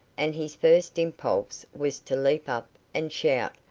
and his first impulse was to leap up and shout,